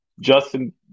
Justin